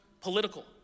political